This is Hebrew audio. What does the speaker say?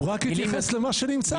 הוא רק התייחס למה שנמצא עכשיו.